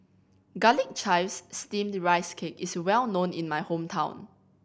Garlic Chives Steamed Rice Cake is well known in my hometown